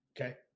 okay